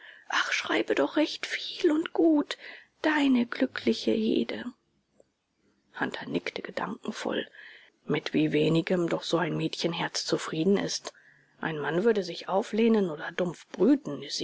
ach schreibe doch recht viel und gut deiner glücklichen hede hunter nickte gedankenvoll mit wie wenigem doch so ein mädchenherz zufrieden ist ein mann würde sich auflehnen oder dumpf brüten